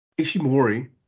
Ishimori